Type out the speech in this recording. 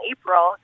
April